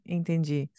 entendi